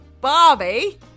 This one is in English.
barbie